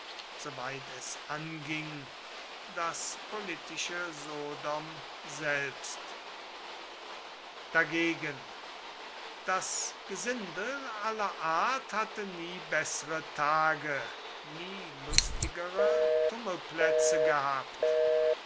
soweit es anging das politische sodom selbst dagegen das gesindel aller art hatte nie bessere tage nie lustigere tummelplätze gehabt